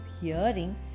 hearing